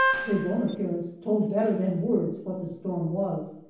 his own appearance told better than words what the storm was.